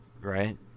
right